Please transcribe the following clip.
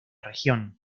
región